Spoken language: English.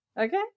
okay